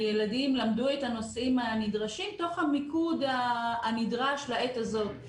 הילדים למדו את הנושאים הנדרשים תוך המיקוד הנדרש לעת הזאת.